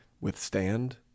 withstand